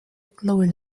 lại